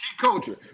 culture